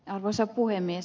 arvoisa puhemies